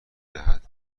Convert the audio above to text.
دهد